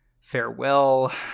Farewell